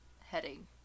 heading